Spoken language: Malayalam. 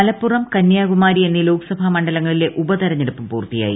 മലപ്പുറം കന്യാകുമാരി എന്നീ ലോക്സഭാ മണ്ഡലങ്ങളിലെ ഉപതെരഞ്ഞെടുപ്പും പൂർത്തിയായി